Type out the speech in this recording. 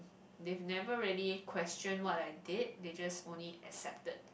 they've never really questioned what I did they just only accepted